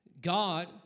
God